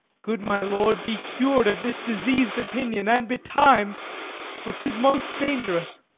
good my lord, be cur'd of this diseas'd opinion, and betimes for tis most dangerous.